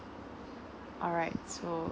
alright so